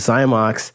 Zymox